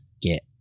get